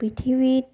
পৃথিৱীত